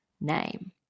name